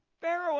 Pharaoh